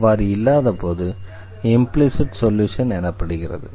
அவ்வாறு இல்லாதபோது implicit solution எனப்படுகிறது